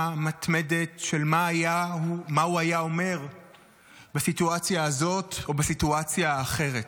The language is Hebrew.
מתמדת של מה הוא היה אומר בסיטואציה הזאת או בסיטואציה אחרת.